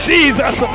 Jesus